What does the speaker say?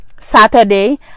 saturday